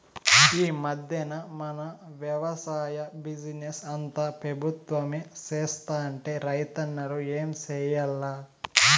ఈ మధ్దెన మన వెవసాయ బిజినెస్ అంతా పెబుత్వమే సేత్తంటే రైతన్నలు ఏం చేయాల్ల